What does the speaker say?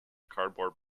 cardboard